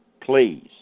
please